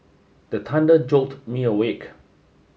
the thunder jolt me awake